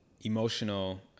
emotional